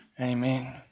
amen